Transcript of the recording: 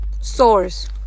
source